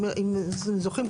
אם אתם זוכרים,